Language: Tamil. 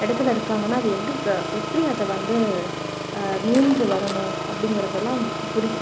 இடத்துல இருக்காங்கன்னால் அதை எப்படி ஃப எப்படி அதை வந்து மீண்டு வரணும் அப்படிங்கிறதெல்லாம் அவங்களுக்குப் பிடிக்கும்